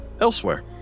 Elsewhere